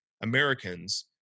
Americans